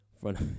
front